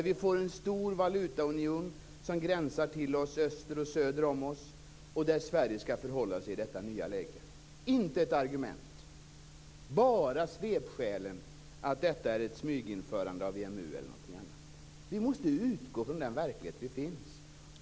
Vi får en stor valutaunion som gränsar till oss öster och söder om oss, och Sverige skall förhålla sig i detta nya läge. Det kommer inte ett argument, utan bara svepskälet att detta är ett smyginförande av EMU. Vi måste utgå från den verklighet vi finns i.